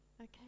okay